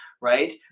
right